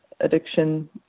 addiction